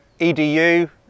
edu